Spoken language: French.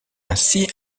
ainsi